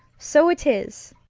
so it is.